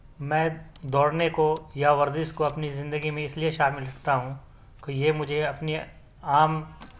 میں دوڑنے کو یا ورزش کو اپنی زندگی میں اس لیے شامل رکھتا ہوں کہ یہ مجھے اپنے عام